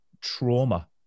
trauma